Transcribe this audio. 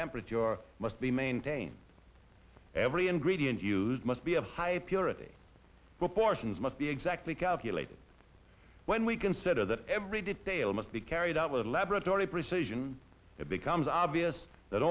temperature or must be maintained every ingredient used must be of high purity proportions must be exactly calculated when we consider that every detail must be carried out with a laboratory precision it becomes obvious that